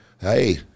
hey